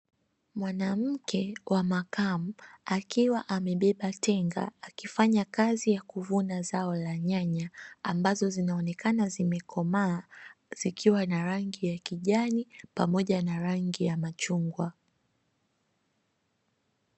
Mwanamke wa makamu akiwa amebeba tenga, akifanya kazi ya kuvuna zao la nyanya ambazo zinaonekana zimekomaa, zikiwa na rangi ya kijani pamoja na rangi ya machungwa.